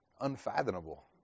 unfathomable